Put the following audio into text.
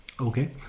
Okay